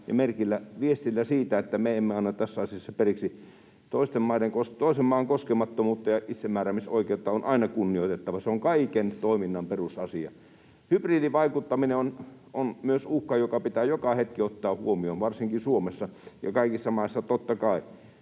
ja viestillä siitä, että me emme anna tässä asiassa periksi. Toisen maan koskemattomuutta ja itsemääräämisoikeutta on aina kunnioitettava. Se on kaiken toiminnan perusasia. Hybridivaikuttaminen on myös uhka, joka pitää joka hetki ottaa huomioon, varsinkin Suomessa, ja kaikissa maissa totta kai.